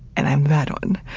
and i'm the bad one.